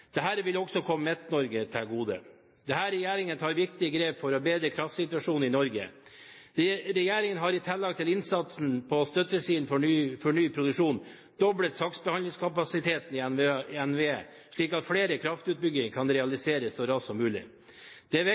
vil også komme Midt-Norge til gode. Denne regjeringen tar viktige grep for å bedre kraftsituasjonen i Norge. Regjeringen har i tillegg til innsatsen på støttesiden for ny produksjon doblet saksbehandlingskapasiteten i NVE, slik at flere kraftutbygginger kan realiseres så raskt som mulig. Det er viktig å legge til rette for ny kraftproduksjon. For at denne kraften skal komme forbrukerne til gode, må vi